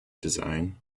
design